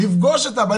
לפגוש את אבא,